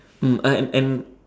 mm and and